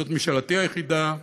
וזאת משאלתי היחידה: